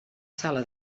sala